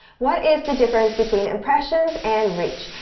what is the difference between impressions and reach?